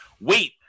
wait